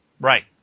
Right